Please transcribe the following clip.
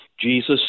Jesus